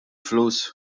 flus